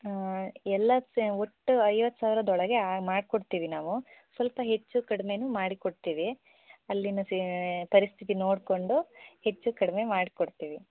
ಎಲ್ಲ ಸೆ ಒಟ್ಟು ಐವತ್ತು ಸಾವಿರದೊಳಗೆ ಆ ಮಾಡ್ಕೊಡ್ತೀವಿ ನಾವು ಸ್ವಲ್ಪ ಹೆಚ್ಚು ಕಡಿಮೆಯೂ ಮಾಡಿಕೊಡ್ತೀವಿ ಅಲ್ಲಿನ ಸೆ ಪರಿಸ್ಥಿತಿ ನೋಡಿಕೊಂಡು ಹೆಚ್ಚು ಕಡಿಮೆ ಮಾಡ್ಕೊಡ್ತೀವಿ